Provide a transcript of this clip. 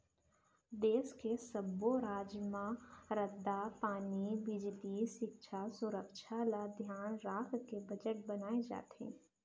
देस के सब्बो राज म रद्दा, पानी, बिजली, सिक्छा, सुरक्छा ल धियान राखके बजट बनाए जाथे